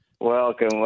Welcome